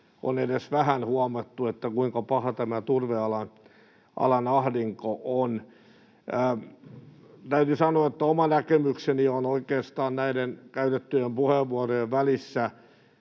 on edes vähän huomattu, kuinka paha tämä turvealan ahdinko on. Täytyy sanoa, että oma näkemykseni on oikeastaan näiden käytettyjen puheenvuorojen välissä.